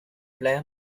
player